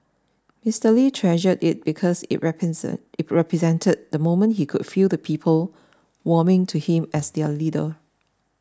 Mister Lee treasured it because it represent it represented the moment he could feel the people warming to him as their leader